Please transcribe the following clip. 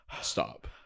Stop